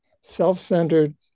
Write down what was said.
self-centered